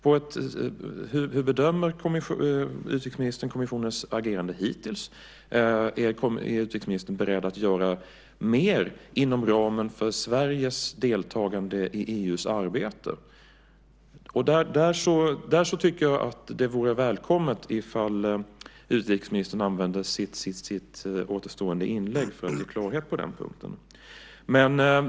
Hur bedömer utrikesministern kommissionens agerande hittills? Är utrikesministern beredd att göra mer inom ramen för Sveriges deltagande i EU:s arbete? Det vore välkommet ifall utrikesministern använde sitt återstående inlägg till att ge klarhet på den punkten.